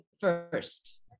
first